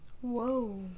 Whoa